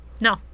no